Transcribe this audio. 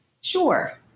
Sure